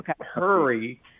hurry